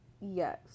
Yes